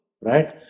Right